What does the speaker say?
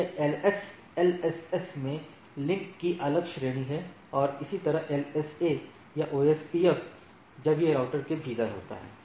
ये LSS में link की अलग श्रेणी है और इसी तरह LSA या OSPF जब यह राउटर के भीतर होता है